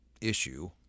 issue